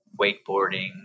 wakeboarding